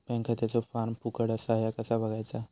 Bank खात्याचो form फुकट असा ह्या कसा बगायचा?